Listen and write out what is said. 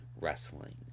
wrestling